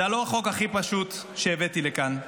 זה לא החוק הכי פשוט שהבאתי לכאן,